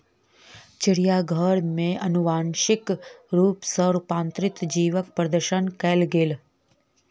चिड़ियाघर में अनुवांशिक रूप सॅ रूपांतरित जीवक प्रदर्शन कयल गेल